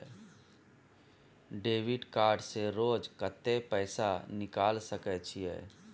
Debit card से रोज कत्ते पैसा निकाल सके छिये?